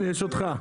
הנה יש אותך.